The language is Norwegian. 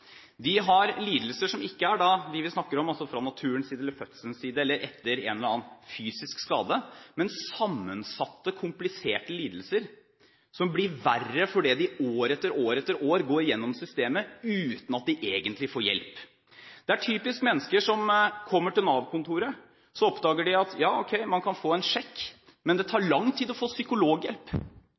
har lidelser som ikke er dem vi snakker om, altså skader fra naturens side, fra fødselen av eller annen fysisk skade, men sammensatte, kompliserte lidelser som blir verre fordi de år etter år går gjennom systemet uten at de egentlig får hjelp. Det er typisk mennesker som kommer til Nav-kontoret og oppdager at ja, man kan få en sjekk, men det tar lang tid å få psykologhjelp.